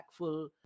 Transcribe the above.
impactful